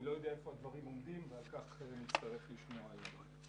אני לא יודע היכן הדברים עומדים ונצטרך לשמוע על כך.